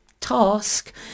task